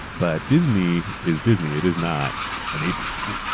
but disney is disney. it is not an agency.